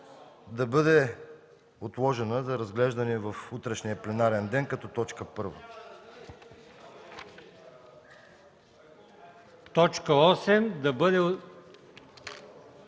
да бъде отложена за разглеждане в утрешния пленарен ден като точка